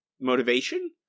motivation